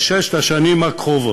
בשש השנים הקרובות,